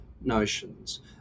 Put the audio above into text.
notions